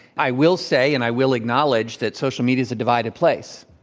i will say, and i will acknowledge, that social media is a divided place.